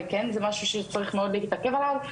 וכן זה משהו שצריך מאוד להתעכב עליו,